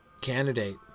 candidate